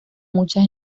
muchas